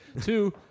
two